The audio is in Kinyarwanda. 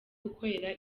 gukorera